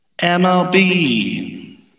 mlb